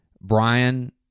Brian